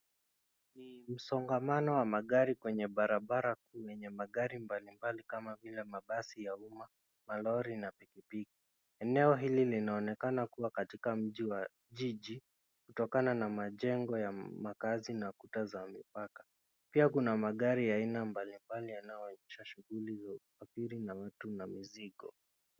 Msongamano wa magari kwenye barabarra kuu yenye mgari mbali mbali kama vile mabasi ya umma, malori na pikipiki, eneo hili linaonekana kua mji wa jiji kutokana na majengo ya makazi na kuta za mipaka, pia kuna aina mbalimbali ya magari yanayo piga shughuli za usafiri ya watu na mizigo.